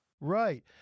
Right